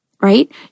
right